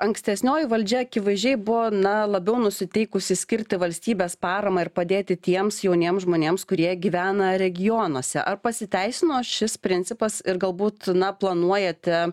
ankstesnioji valdžia akivaizdžiai buvo na labiau nusiteikusi skirti valstybės paramą ir padėti tiems jauniem žmonėms kurie gyvena regionuose ar pasiteisino šis principas ir galbūt na planuojate